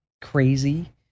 crazy